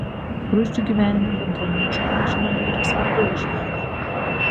skruzdžių gyvenime bendruomeniškumas žinoma yra svarbiau už jėgą